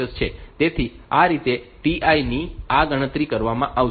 તેથી આ રીતે Tl ની આ ગણતરી કરવામાં આવશે